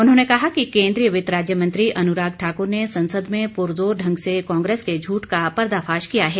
उन्होंने कहा कि केन्द्रीय वित्त राज्य मंत्री अनुराग ठाक्र ने संसद में पुरजोर ढंग से कांग्रेस के झूठ का पर्दाफाश किया है